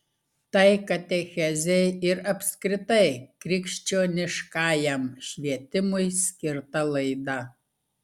tai katechezei ir apskritai krikščioniškajam švietimui skirta laida